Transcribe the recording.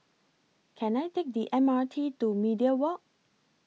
Can I Take The M R T to Media Walk